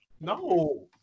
No